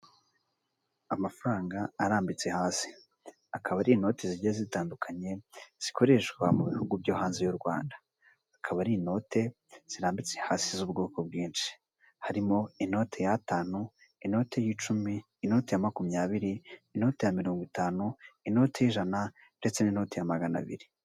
Amafaranga arambitse hasi akaba ari inoti zigiye zitandukanye zikoreshwa mu bihugu byo hanze y'u rwanda akaba ari inote zirambitse hasi z'ubwoko bwinshi harimo inote ya tanu, inote y'icumi, inote ya makumyabiri, inota ya mirongo itanu, inoti y'ijana ndetse n'inoti ya magana abiri.